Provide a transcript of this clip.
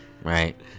Right